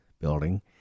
building